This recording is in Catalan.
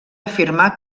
afirmà